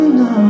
no